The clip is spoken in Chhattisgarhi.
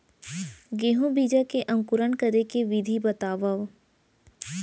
गेहूँ बीजा के अंकुरण करे के विधि बतावव?